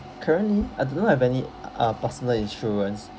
currently I do not have any uh personal insurance